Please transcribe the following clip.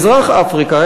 מזרח-אפריקה,